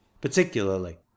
particularly